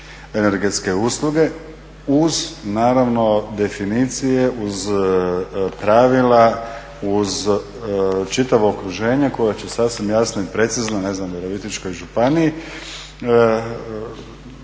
energetske usluge uz naravno, definicije, uz pravila, uz čitavo okruženje koje će sasvim jasno i precizno, ne znam, u Virovitičkoj županiji,